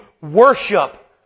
worship